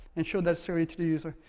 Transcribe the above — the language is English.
and show that shortly to the user,